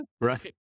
right